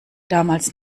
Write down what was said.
damals